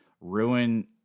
ruin